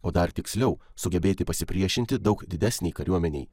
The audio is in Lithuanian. o dar tiksliau sugebėti pasipriešinti daug didesnei kariuomenei